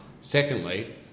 Secondly